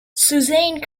suzanne